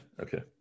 okay